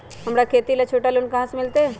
हमरा खेती ला छोटा लोने कहाँ से मिलतै?